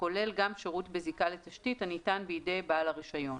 הכולל גם שירות בזיקה לתשתית הניתן בידי בעל הרישיון,